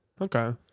Okay